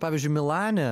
pavyzdžiui milane